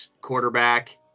quarterback